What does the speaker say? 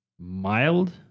mild